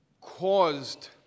caused